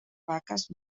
vaques